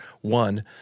one